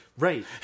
Right